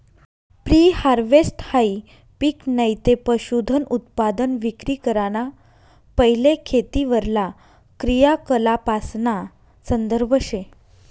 pre हारवेस्टहाई पिक नैते पशुधनउत्पादन विक्री कराना पैले खेतीवरला क्रियाकलापासना संदर्भ शे